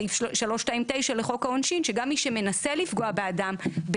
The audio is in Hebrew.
סעיף 329 לחוק העונשין שגם מי שמנסה לפגוע באדם,